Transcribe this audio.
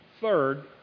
Third